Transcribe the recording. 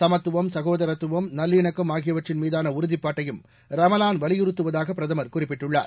சமத்துவம் சகோதரத்துவம் நல்லிணக்கம் ஆகியவற்றின் மீதான உறுதிப்பாட்டையும் ரமலான் வலியுறத்துவதாக பிரதமர் குறிப்பிட்டுள்ளார்